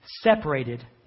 separated